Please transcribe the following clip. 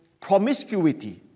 promiscuity